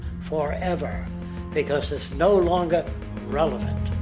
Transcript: forever! because it's no longer relevant.